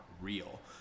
real